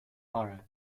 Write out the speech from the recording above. borrow